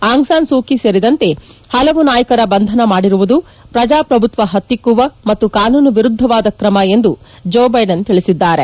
Aung San Suu Kyi ಸೇರಿದಂತೆ ಪಲವು ನಾಯಕರ ಬಂಧನ ಮಾಡಿರುವುದು ಪ್ರಜಾಪ್ರಭುತ್ವ ಪತ್ತಿಕ್ಕುವ ಮತ್ತು ಕಾನೂನು ವಿರುದ್ಧವಾದ ಕ್ರಮ ಎಂದು ಜೋ ಬಿಡೆನ್ ತಿಳಿಸಿದ್ದಾರೆ